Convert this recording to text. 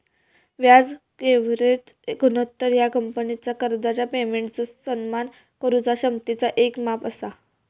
व्याज कव्हरेज गुणोत्तर ह्या कंपनीचा कर्जाच्या पेमेंटचो सन्मान करुचा क्षमतेचा येक माप असा